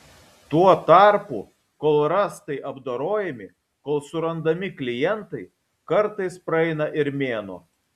tuo tarpu kol rąstai apdorojami kol surandami klientai kartais praeina ir mėnuo